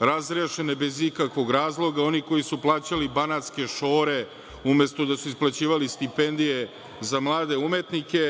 razrešene bez ikakvog razloga, oni koji su plaćani banatske šore umesto da su isplaćivali stipendije za mlade umetnike.